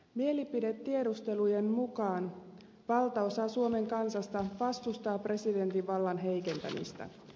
mielipidetiedustelujen mukaan valtaosa suomen kansasta vastustaa presidentin vallan heikentämistä